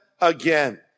again